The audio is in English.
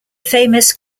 famous